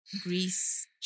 Greece